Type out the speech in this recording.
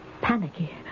panicky